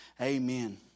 Amen